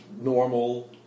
normal